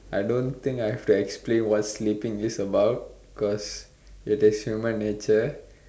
I don't think I have to explain what sleeping is about because it is human nature